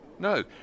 No